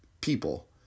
people